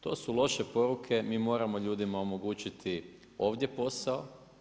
To su loše poruke, mi moramo ljudima omogućiti ovdje posao.